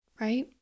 Right